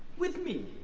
with me,